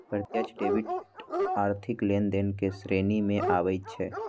प्रत्यक्ष डेबिट आर्थिक लेनदेन के श्रेणी में आबइ छै